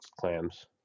clams